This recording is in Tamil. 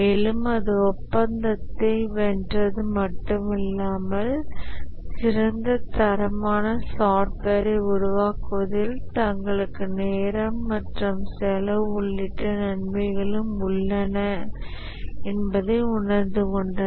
மேலும் அது ஒப்பந்தத்தை வென்றது மட்டுமல்லாமல் சிறந்த தரமான சாப்ட்வேர்ஐ உருவாக்குவதில் தங்களுக்கு நேரம் மற்றும் செலவு உள்ளிட்ட நன்மைகளும் உள்ளன என்பதை உணர்ந்து கொண்டன